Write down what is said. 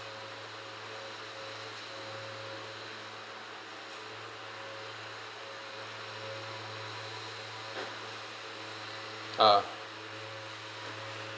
ah